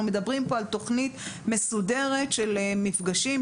מדברים פה על תוכנית מסודרת של מפגשים,